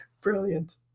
brilliant